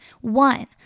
One